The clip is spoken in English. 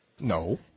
No